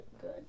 good